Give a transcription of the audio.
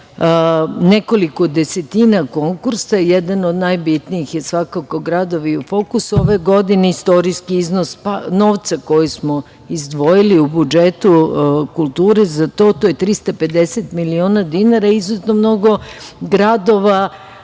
nekoliko desetina konkursa. Jedan od najbitnijih je svakako „Gradovi u fokusu“. Ove godine imamo istorijski iznos novca koji smo izdvojili u budžetu kulture za to. To je 350 miliona dinara. Izuzetno mnogo gradova